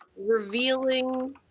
Revealing